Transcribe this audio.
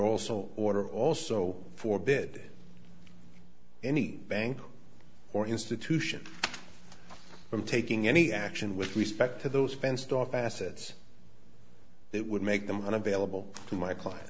also order also for bid any bank or institution from taking any action with respect to those fenced off assets that would make them unavailable to my client